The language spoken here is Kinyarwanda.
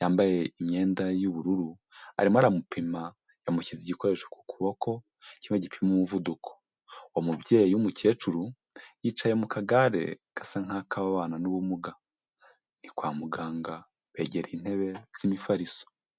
yambaye imyenda y'ubururu. Arimo aramupima yamushyize igikoresho ku kuboko, kimwe gipima umuvuduko. Umubyeyi w'umukecuru, yicaye mu kagare gasa nk'ak'ababana n'ubumuga. Ni kwa muganga begereye intebe z'imifariso.